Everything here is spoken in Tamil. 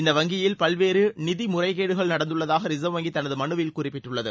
இந்த வங்கியில் பல்வேறு நிதி முறைகேடுகள் நடந்துள்ளதாக ரிசர்வ் வங்கி தனது மனுவில் குறிப்பிட்டுள்ளது